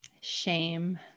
shame